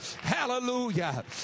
hallelujah